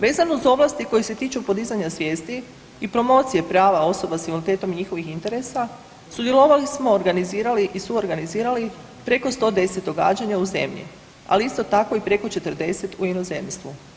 Vezano uz ovlasti koje se tiču podizanja svijesti i promocije prava osoba s invaliditetom i njihovih interesa, sudjelovali smo, organizirali i suorganizirali preko 110 događanja u zemlji, ali isto tako i preko 40 u inozemstvu.